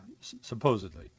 supposedly